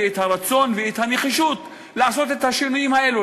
רצון ונחישות לעשות את השינויים האלו.